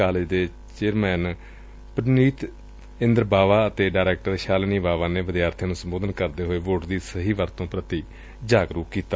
college ਦੇ chairman Punitinder Bawa ਤੇ director Shalini Bawa ਨੇ ਵਿਦਿਆਰਥੀਆਂ ਨੁੰ ਸੰਬੋਧਨ ਕਰਦੇ ਹੋਏ ਵੋਟ ਦੀ ਸਹੀ ਵਰਤੋਂ ਪੁਤੀ ਜਾਗਰੁਕ ਕੀਤਾ